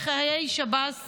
שב"ס